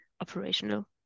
operational